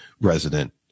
resident